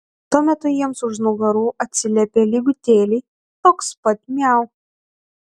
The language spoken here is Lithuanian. tuo metu jiems už nugarų atsiliepė lygutėliai toks pat miau